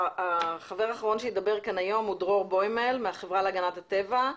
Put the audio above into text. החבר האחרון שידבר כאן היום הוא דרור בוימל מהחברה להגנת הטבע.